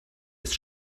ist